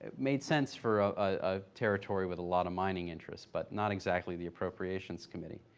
but made sense for a territory with a lot of mining interests, but not exactly the appropriations committee.